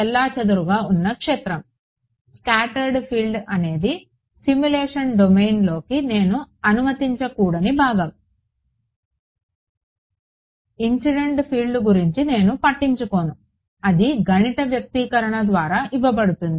చెల్లాచెదురుగా ఉన్న క్షేత్రం స్కాటర్డ్ ఫీల్డ్ అనేది సిమ్యులేషన్ డొమైన్లోకి నేను అనుమతించకూడని భాగం ఇన్సిడెంట్ ఫీల్డ్కి గురించి నేను పట్టించుకోను అది గణిత వ్యక్తీకరణ ద్వారా ఇవ్వబడుతుంది